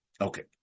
Okay